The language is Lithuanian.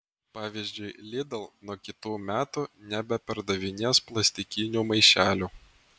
pavyzdžiui lidl nuo kitų metų nebepardavinės plastikinių maišelių